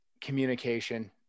communication